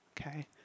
okay